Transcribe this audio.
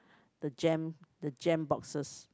the jam the jam boxes